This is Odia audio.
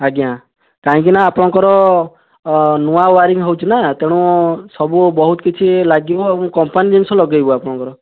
ଆଜ୍ଞା କାହିଁକିନା ଆପଣଙ୍କର ନୂଆ ୱାରିଂ ହେଉଛି ନା ତେଣୁ ସବୁ ବହୁତ କିଛି ଲାଗିବ ଆଉ କମ୍ପାନୀ ଜିନିଷ ଲଗାଇବୁ ଆପଣଙ୍କର